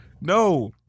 No